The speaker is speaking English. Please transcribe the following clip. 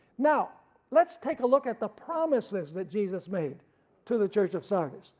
now let's take a look at the promises that jesus made to the church of sardis.